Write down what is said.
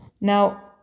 now